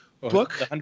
book